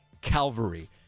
Calvary